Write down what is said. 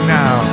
now